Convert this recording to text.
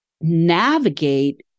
navigate